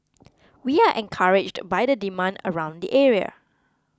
we are encouraged by the demand around the area